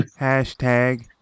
Hashtag